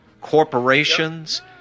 corporations